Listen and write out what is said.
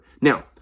Now